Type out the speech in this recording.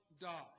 die